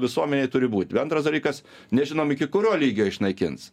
visuomenėj turi būt antras dalykas nežinom iki kurio lygio išnaikins